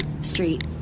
Street